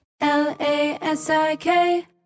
L-A-S-I-K